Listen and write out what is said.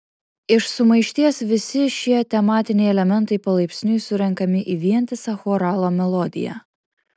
iš sumaišties visi šie tematiniai elementai palaipsniui surenkami į vientisą choralo melodiją